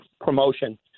promotion